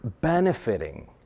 benefiting